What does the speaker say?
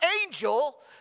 angel